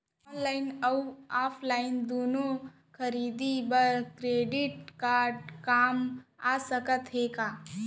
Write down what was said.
Online अऊ offline दूनो खरीदी बर क्रेडिट कारड काम आप सकत हे का?